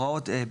טוב.